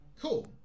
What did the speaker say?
Cool